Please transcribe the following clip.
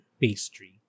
pastry